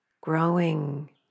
growing